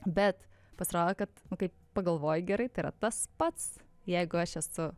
bet pasirodo kad kai pagalvoji gerai tai yra tas pats jeigu aš esu